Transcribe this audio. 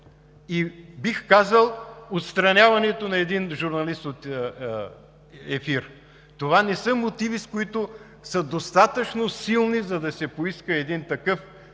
и, бих казал, отстраняването на един журналист от ефир. Това не са мотиви, които са достатъчно силни, за да се поиска един такъв